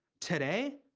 today,